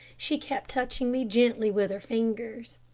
she kept touching me gently with her fingers.